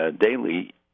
daily